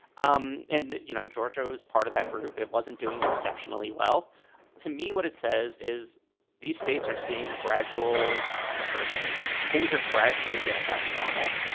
um and, you know, georgia was part of that group. it wasn't doing exceptionally well to me. what it says is these states are seeing gradual improvements. things are gradually getting back to normal,